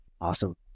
Awesome